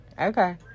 Okay